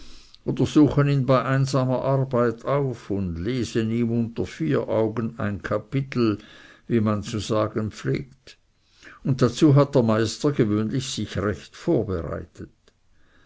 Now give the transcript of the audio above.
oder suchen ihn bei einsamer arbeit auf und lesen ihm unter vier augen ein kapitel wie man zu sagen pflegt und dazu hat der meister gewöhnlich sich recht vorbereitet